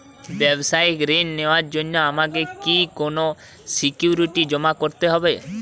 ব্যাবসায়িক ঋণ নেওয়ার জন্য আমাকে কি কোনো সিকিউরিটি জমা করতে হবে?